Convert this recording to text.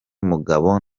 mugabo